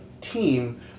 team